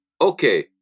okay